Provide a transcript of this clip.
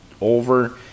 over